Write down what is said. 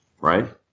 right